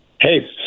Hey